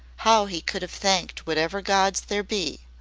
how he could have thanked whatever gods there be!